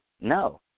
No